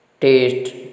taste